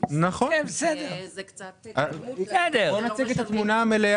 --- זה קצת תמימות --- בוא נציג את התמונה המלאה.